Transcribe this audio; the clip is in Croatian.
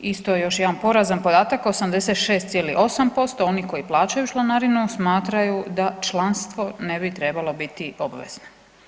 Isto još jedan porazan podatak, 86,8% oni koji plaćaju članarinu smatraju da članstvo ne bi trebalo biti obvezno.